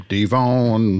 Devon